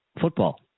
football